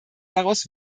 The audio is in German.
daraus